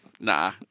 nah